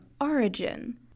origin